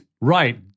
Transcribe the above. Right